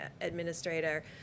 Administrator